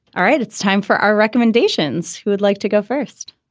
all right. it's time for our recommendations. who would like to go first?